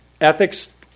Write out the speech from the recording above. ethics